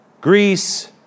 Greece